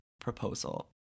proposal